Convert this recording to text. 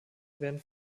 werden